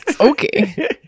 Okay